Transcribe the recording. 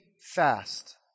fast